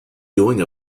doing